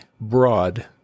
broad